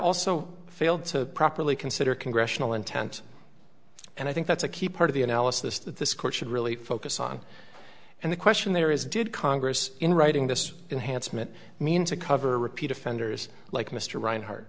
also failed to properly consider congressional intent and i think that's a key part of the analysis that this court should really focus on and the question there is did congress in writing this enhanced mit mean to cover repeat offenders like mr rinehar